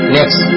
Next